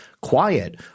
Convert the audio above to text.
quiet